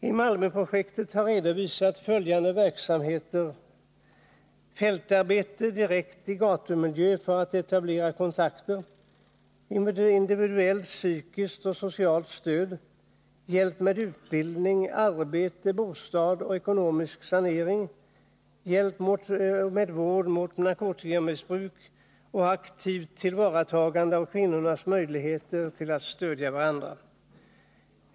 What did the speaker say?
I Malmöprojektet har följande verksamheter ingått: fältarbete direkt i gatumiljö för att etablera kontakter, individuellt psykiskt och socialt stöd, hjälp med utbildning, arbete, bostad och ekonomisk sanering, hjälp med vård mot narkotikamissbruk samt aktivt tillvaratagande av kvinnornas möjligheter att stödja varandra.